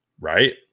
Right